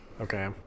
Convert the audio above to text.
Okay